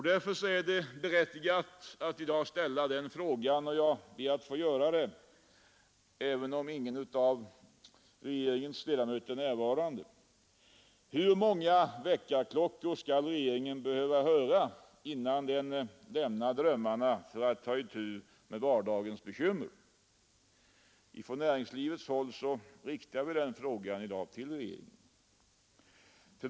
Därför är det berättigat att i dag ställa frågan — och jag ber att få göra det, även om ingen av regeringens ledamöter är närvarande: Hur många väckarklockor skall regeringen behöva höra innan den lämnar drömmarna för att ta itu med vardagens bekymmer? Från näringslivshåll riktar vi i dag den frågan till regeringen.